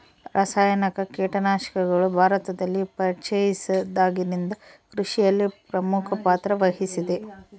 ರಾಸಾಯನಿಕ ಕೇಟನಾಶಕಗಳು ಭಾರತದಲ್ಲಿ ಪರಿಚಯಿಸಿದಾಗಿನಿಂದ ಕೃಷಿಯಲ್ಲಿ ಪ್ರಮುಖ ಪಾತ್ರ ವಹಿಸಿವೆ